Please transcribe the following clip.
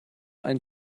ein